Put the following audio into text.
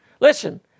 Listen